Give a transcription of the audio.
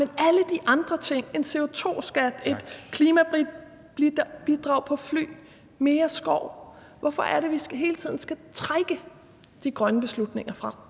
til alle de andre ting – en CO2-skat, et klimabidrag på fly, mere skov – hele tiden skal trække de grønne beslutninger frem?